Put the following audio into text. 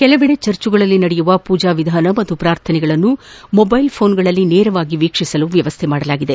ಕೆಲವೆಡೆ ಚರ್ಚ್ಗಳಲ್ಲಿ ನಡೆಯುವ ಪೂಜಾವಿಧಾನ ಮತ್ತು ಪ್ರಾರ್ಥನೆಯನ್ನು ಮೊಬೈಲ್ ಫೋನ್ಗಳಲ್ಲಿ ನೇರವಾಗಿ ವೀಕ್ಷಿಸಲು ವ್ಲವಸ್ಥೆಯಾಗಿದೆ